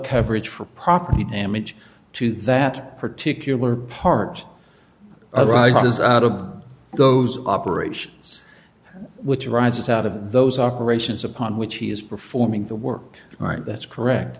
coverage for property damage to that particular part arises out of those operations which arises out of those operations upon which he is performing the work all right that's correct